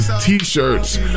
T-shirts